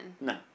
No